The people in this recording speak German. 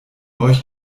euch